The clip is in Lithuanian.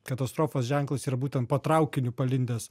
katastrofos ženklas yra būtent po traukiniu palindęs